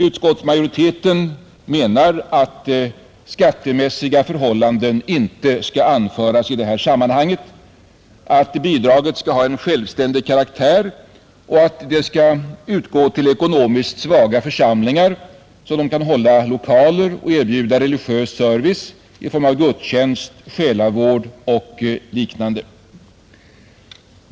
Utskottsmajoriteten menar att skattemässiga förhållanden inte skall anföras i detta sammanhang, att bidraget skall ha självständig karaktär och att det skall utgå till ekonomiskt svaga församlingar, så att de kan hålla lokaler och erbjuda religiös service i form av gudstjänst, själavård och liknande.